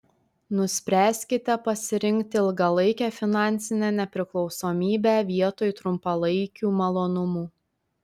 nuspręskite pasirinkti ilgalaikę finansinę nepriklausomybę vietoj trumpalaikių malonumų